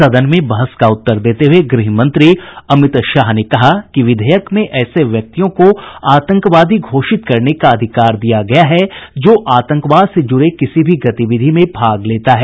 सदन में बहस का उत्तर देते हुए गृहमंत्री अमित शाह ने कहा कि विधेयक में ऐसे व्यक्तियों को आतंकवादी घोषित करने का अधिकार दिया गया है जो आतंकवाद से जुड़े किसी भी गतिविधि में भाग लेता है